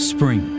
Spring